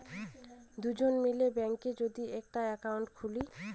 দুজন মিলে ব্যাঙ্কে যদি একটা একাউন্ট খুলে